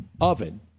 oven